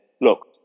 look